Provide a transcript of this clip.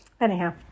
Anyhow